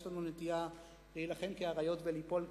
לנו נטייה להילחם כאריות וליפול כזבובים.